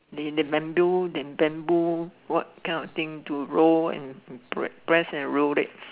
they band do than bamboo what cannot think to row and brag press and rail leg